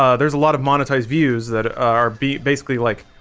ah there's a lot of monetized views that are be basically like